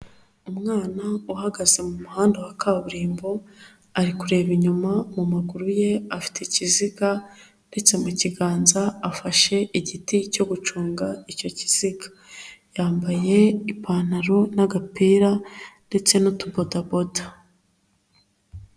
Umwana uhagaze mu muhanda wa kaburimbo, ari kureba inyuma, mu maguru ye afite ikiziga ndetse mu kiganza afashe igiti cyo gucunga icyo kiziga, yambaye ipantaro n'agapira ndetse n'utubodaboda.